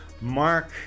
Mark